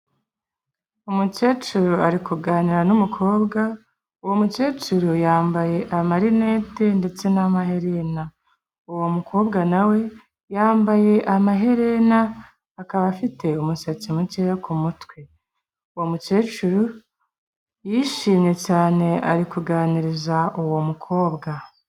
Umukecuru ari kuganira n'umukobwa, uwo mukecuru yambaye amarinete ndetse n'amaherena, uwo mukobwa nawe yambaye amaherena akaba afite umusatsi mukeya ku mutwe, uwo mukecuru yishimye cyane ari kuganiriza uwo mukobwa.